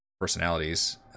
personalities